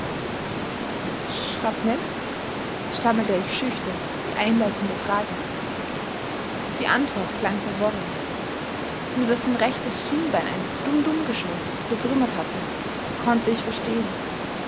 stammelte ich schüchtern die einleitende frage die antwort klang verworren nur daß sein rechtes schienbein ein dum dumgeschoß zertrümmert hatte konnte ich verstehen